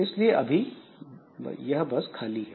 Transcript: इसलिए अभी बफर खाली है